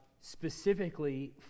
specifically